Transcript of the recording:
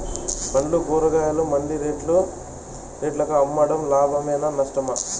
పండ్లు కూరగాయలు మండి రేట్లకు అమ్మడం లాభమేనా నష్టమా?